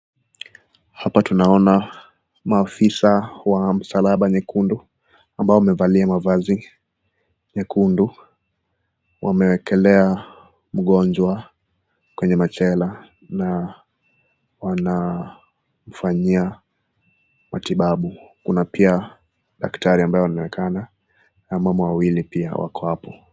Hapa tunaona maafisa wa msalaba nyekundu ambao wamevalia mavazi nyekundu. Wamekelea mgonjwa kwenye machela na wanamfanyia matibabu. Kuna pia daktari ambaye ameonekana na wamama wawili pia wako hapo.